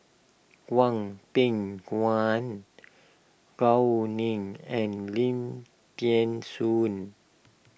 Hwang Peng Gao Wu Ning and Lim thean Soon